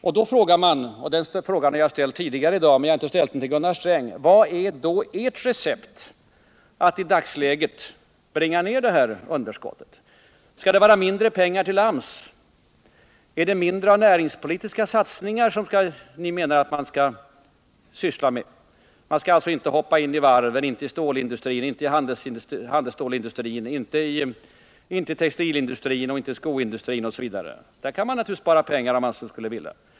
Man frågar sig då — och den frågan har jag ställt tidigare i dag, men inte till Gunnar Sträng: Vilket är ert recept för att i dagsläget bringa ned det här underskottet? Skall man anslå mindre pengar till AMS, eller menar ni att man skall syssla mindre med näringspolitiska satsningar? Man skall alltså inte hoppa in i varven, inte i stålindustrin, inte i handelsstålsindustrin, inte i textilindustrin och inte i skoindustrin osv. Där kan man naturligtvis spara pengar, om man så vill.